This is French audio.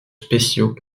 spéciaux